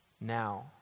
now